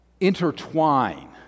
intertwine